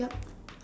yup